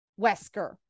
Wesker